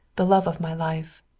the love of my life.